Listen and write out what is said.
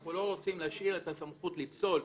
אנחנו לא רוצים להשאיר את הסמכות לפסול,